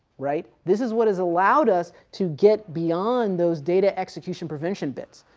right. this is what has allowed us to get beyond those data execution prevention bits,